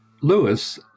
Lewis